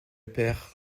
père